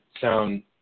sound